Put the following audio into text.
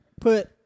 put